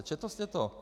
Četl jste to?